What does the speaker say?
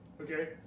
Okay